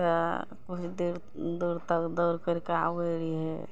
तऽ किछु दूर दूर तक दौड़ करि कऽ आबै रहियै